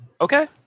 Okay